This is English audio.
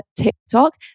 TikTok